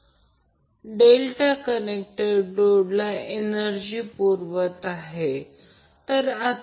8o हे तेथे का आहे इतर मार्गाने 360° जोडा फक्त इतर मार्गाने हे दाखवा की vb va vc 240° ने लॅगिंग आहे